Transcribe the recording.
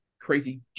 crazy